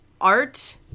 art